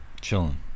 chilling